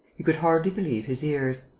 he could hardly believe his ears.